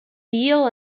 veal